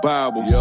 Bible